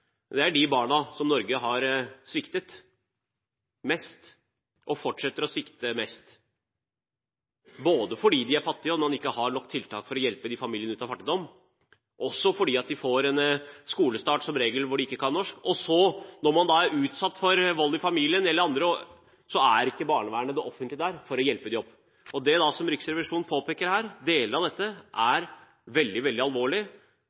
har sviktet mest og fortsetter å svikte mest, både fordi de er fattige og man ikke har nok tiltak for å hjelpe familiene deres ut av fattigdom, og fordi de som regel får en skolestart hvor de ikke kan norsk. Når man da er utsatt for vold i familien, er ikke barnevernet, det offentlige, der for å hjelpe dem opp. Deler av det som Riksrevisjonen påpeker her, er veldig, veldig alvorlig. Dette